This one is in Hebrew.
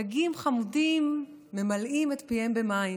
דגים חמודים ממלאים את פיהם במים.